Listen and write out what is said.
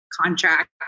contract